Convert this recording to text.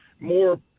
more